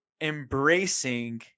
embracing